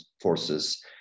forces